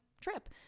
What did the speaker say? trip